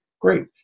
great